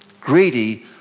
Greedy